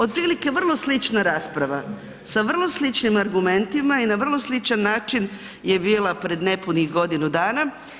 Otprilike vrlo slična rasprava sa vrlo sličnim argumentima i na vrlo sličan način je bila pred nepunih godinu dana.